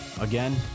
again